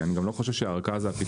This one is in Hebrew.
אני גם לא חושב שהארכה זה הפתרון,